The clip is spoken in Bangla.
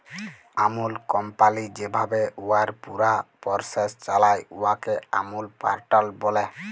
আমূল কমপালি যেভাবে উয়ার পুরা পরসেস চালায়, উয়াকে আমূল প্যাটার্ল ব্যলে